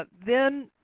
but then,